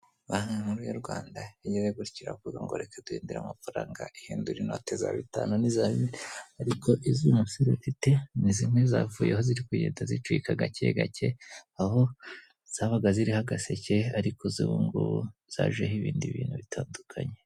Banki nkuru y'u Rwanda yagize gutya iravuga ngo reka duhindure amafaranga, ihindura inote za bitanu n'iza bibiri, ariko izi uyu musore afite ni zimwe zavuyeho ziri kugenda zicika gake gake, aho zabaga ziriho agaseke, ariko iz'ubu ngubu zajeho ibindi bintu bitandukanye.